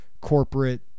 corporate